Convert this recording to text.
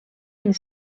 une